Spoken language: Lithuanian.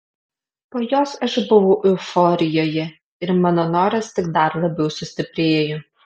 po jos aš buvau euforijoje ir mano noras tik dar labiau sustiprėjo